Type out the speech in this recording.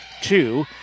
two